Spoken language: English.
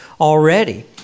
already